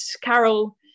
Carol